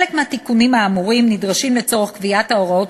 חלק מהתיקונים האמורים נדרשים לצורך קביעת ההוראות